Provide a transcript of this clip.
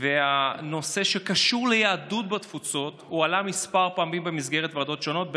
והנושא שקשור ליהדות בתפוצות עלה כמה פעמים במסגרת ועדות שונות,